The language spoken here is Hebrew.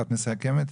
את מסכמת?